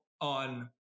on